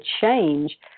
change